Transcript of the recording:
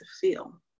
feel